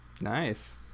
Nice